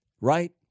Right